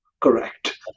correct